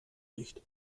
nicht